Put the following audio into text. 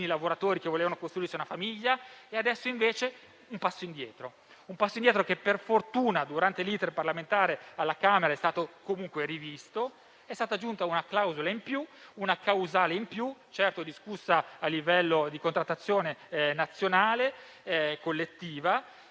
quelli che volevano costruirsi una famiglia. Adesso invece si fa un passo indietro, che per fortuna durante l'*iter* parlamentare alla Camera dei deputati è stato comunque rivisto. È stata infatti aggiunta una clausola in più e una causale in più, certo discussa a livello di contrattazione nazionale collettiva,